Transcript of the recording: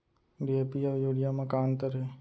DAP अऊ urea म का अंतर हे?